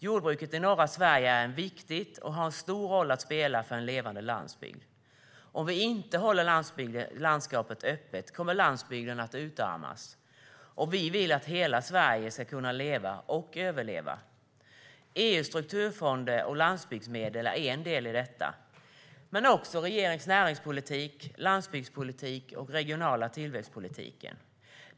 Jordbruket i norra Sverige är viktigt och har en stor roll att spela i en levande landsbygd. Om vi inte håller landskapet öppet kommer landsbygden att utarmas, och vi vill att hela Sverige ska kunna leva och överleva. EU:s strukturfonder och landsbygdsmedel är en del i detta, men regeringens näringspolitik, landsbygdspolitik och regionala tillväxtpolitik är också en del.